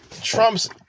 Trump's